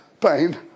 Pain